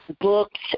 books